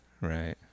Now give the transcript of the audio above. right